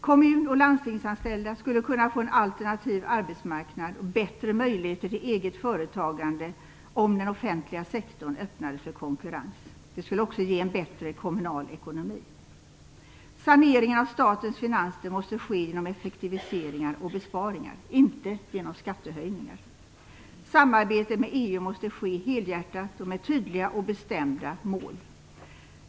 Kommun och landstingsanställda skulle kunna får en alternativ arbetsmarknad och bättre möjligheter till eget företagande om den offentliga sektorn öppnades för konkurrens. Det skulle också ge en bättre kommunal ekonomi. Saneringen av statens finanser måste ske genom effektiviseringar och besparingar, inte genom skattehöjningar. Samarbetet med EU måste ske helhjärtat och med tydliga och bestämda mål.